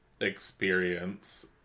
experience